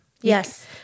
Yes